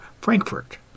Frankfurt